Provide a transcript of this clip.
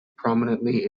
prominently